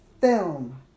film